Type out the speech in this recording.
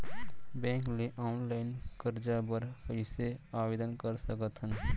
Bank ले online करजा बर कइसे आवेदन कर सकथन?